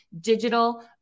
digital